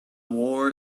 war